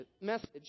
message